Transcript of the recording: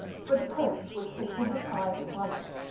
for the prince was fixing his eyes upon her,